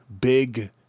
big